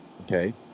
okay